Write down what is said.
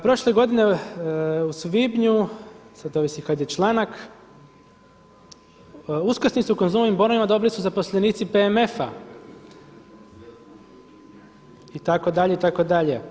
Prošle godine u svibnju, sad ovisi kad je članak, uskrsnicu Konzumovim bonovima dobili su zaposlenici PMF-a, itd., itd.